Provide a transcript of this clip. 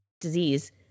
disease